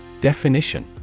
Definition